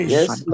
Yes